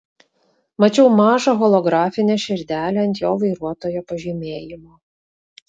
mačiau mažą holografinę širdelę ant jo vairuotojo pažymėjimo